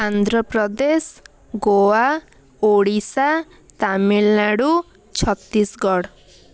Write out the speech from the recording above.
Andhra Pradesh Goa Odisha Tamil Nadu Chhattisgarh